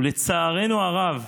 ולצערנו הרב,